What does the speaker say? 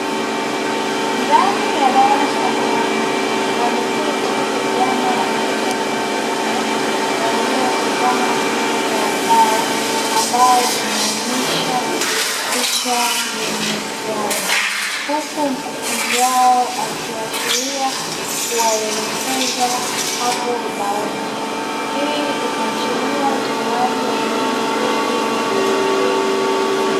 Ndani ya darasa maalumu wameketi vijana wakike na wa kiume waliotazama mbele ya ubao ambao unaonyesha picha yenye gari huku mkufunzi wao akiashiria kuwaelekeza hapo ubaoni. Hii inaashiria utolewaji wa elimu ya chuo kikuu.